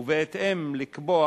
ובהתאם לקבוע